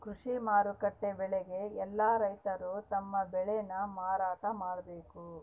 ಕೃಷಿ ಮಾರುಕಟ್ಟೆ ಬೆಲೆಗೆ ಯೆಲ್ಲ ರೈತರು ತಮ್ಮ ಬೆಳೆ ನ ಮಾರಾಟ ಮಾಡ್ಬೇಕು